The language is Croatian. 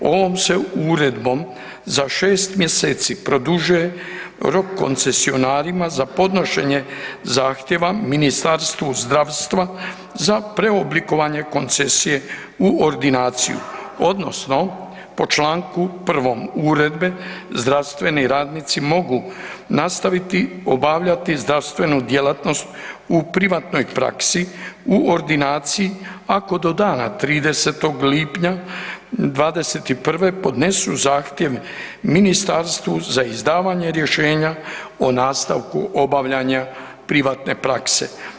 Ovom se uredbom za 6 mj. produžuje rok koncesionarima za podnošenje zahtjeva Ministarstvu zdravstva za preoblikovanje koncesije u ordinaciju odnosno po čl. 1. uredbe, zdravstveni radnici mogu nastaviti obavljati zdravstvenu djelatnost u privatnoj praksi u ordinaciji ako do dana 30. lipnja 2021. podnesu zahtjev ministarstvu za izdavanje rješenja o nastavku obavljanje privatne prakse.